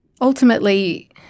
Ultimately